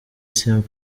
saint